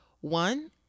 one